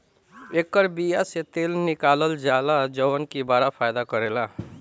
एकर बिया से तेल निकालल जाला जवन की बड़ा फायदा करेला